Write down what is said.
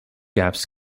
gaps